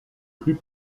plus